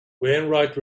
wainwright